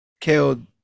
killed